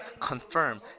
confirm